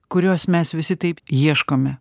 kurios mes visi taip ieškome